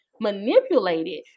manipulated